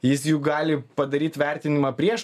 jis juk gali padaryt vertinimą prieš